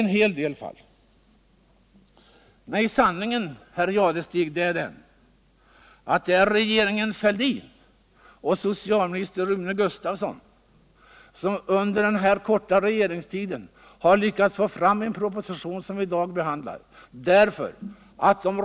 Nej, sanningen herr Jadestig, är den att det är regeringen Fälldin och socialministern Rune Gustavsson som under den gångna korta regeringstiden har lyckats få fram den proposition som vi i dag behandlar.